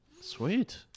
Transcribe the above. Sweet